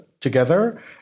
together